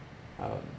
um